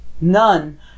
none